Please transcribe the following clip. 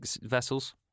vessels